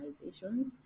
organizations